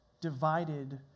divided